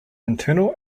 internal